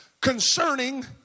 concerning